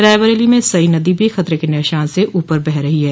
रायबरेली में सई नदी भी खतरे के निशान से ऊपर बह रही है